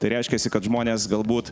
tai reiškiasi kad žmonės galbūt